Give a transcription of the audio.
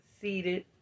seated